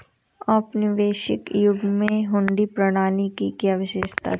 औपनिवेशिक युग में हुंडी प्रणाली की क्या विशेषता थी?